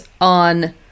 on